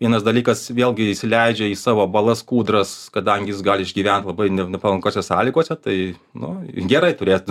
vienas dalykas vėlgi įsileidžia į savo balas kūdras kadangi jis gali išgyvent labai nepalankiose sąlygose tai nu gerai turėt